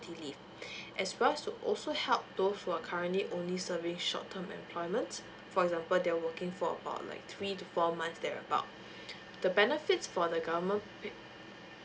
leave as well as to also help those who are currently only serving short term employment for example they are working for about like three to four months there about the benefits for the government